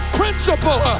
principle